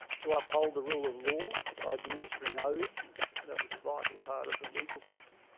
to uphold the rule of law by administering oaths, that was a vital part of the legal system,